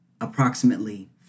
approximately